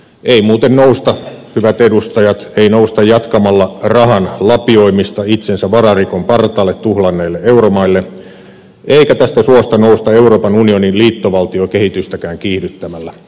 ei muuten nousta hyvät edustajat ei nousta jatkamalla rahan lapioimista itsensä vararikon partaalle tuhlanneille euromaille eikä tästä suosta nousta euroopan unionin liittovaltiokehitystäkään kiihdyttämällä